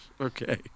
Okay